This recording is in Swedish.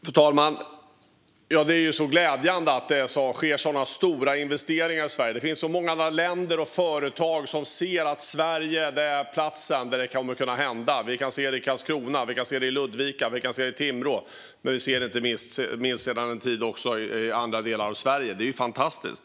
Fru talman! Det är glädjande att det sker stora investeringar i Sverige och att många länder och företag ser att Sverige är platsen som gäller. Vi ser det i Karlskrona, Ludvika, Timrå och andra delar av Sverige. Det är fantastiskt.